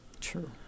True